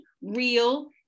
real